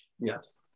Yes